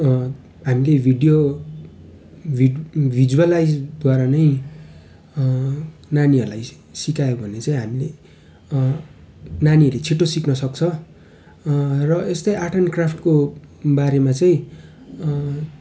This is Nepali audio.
हामीले भिडियो भिड भिज्वलाइजद्वारा नै नानीहरूलाई सिकायो भने चाहिँ हामीले नानीहरूले छिटो सिक्नसक्छ र यस्तै आर्ट एन्ड क्राफ्टको बारेमा चाहिँ